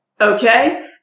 Okay